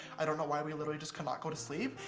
i don't know why, we literally just could not go to sleep,